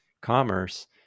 commerce